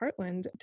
Heartland